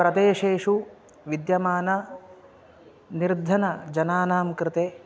प्रदेशेषु विद्यमाननिर्धनजनानां कृते